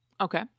Okay